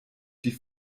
die